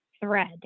thread